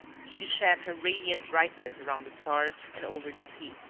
she shed her radiant brightness around the stars and over the sea.